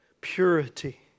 purity